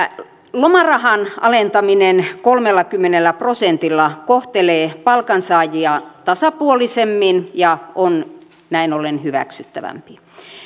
lomarahan alentaminen kolmellakymmenellä prosentilla kohtelee palkansaajia tasapuolisemmin ja on näin ollen hyväksyttävämpi